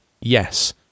yes